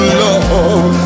love